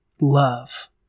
love